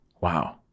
Wow